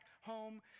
home